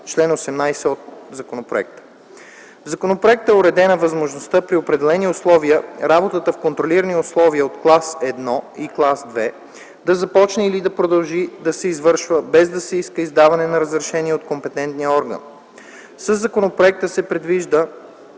(чл. 18 от законопроекта). В законопроекта е уредена възможността при определени условия работата в контролирани условия от клас 1 и 2 да започне или да продължи да се извършва, без да се иска издаване на разрешение от компетентния орган. Със законопроекта се предвижда